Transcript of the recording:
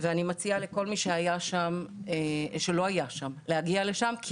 ואני מציעה לכל מי שלא היה שם להגיע לשם,